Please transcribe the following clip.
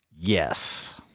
Yes